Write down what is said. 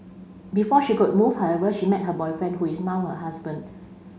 before she could move however she met her boyfriend who is now her husband